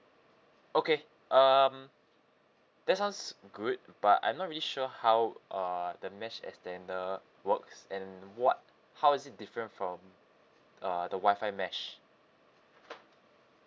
okay um that sounds good but I'm not really sure how uh the mesh extender works and what how is it different from uh the wi-fi mesh